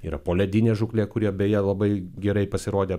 yra poledinė žūklė kurie beje labai gerai pasirodė